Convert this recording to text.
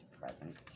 present